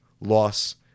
loss